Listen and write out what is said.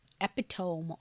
epitome